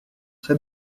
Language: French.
très